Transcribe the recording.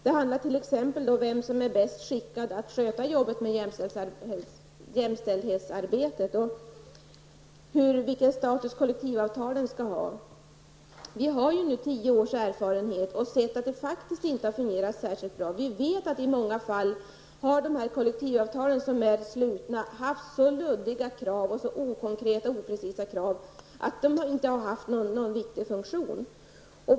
Det handlar t.ex. om vem som är bäst skickad att sköta arbetet med jämställdhetsarbetet och vilken status kollektivavtalen skall ha. Vi har nu tio års erfarenhet, och vi har sett att det inte har fungerat särskilt bra. Vi vet i många fall att de kollektivavtal som är slutna har haft så luddiga krav, så okonkreta och oprecisa krav, att de inte har haft någon riktig funktion.